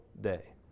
day